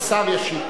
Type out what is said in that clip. השר ישיב.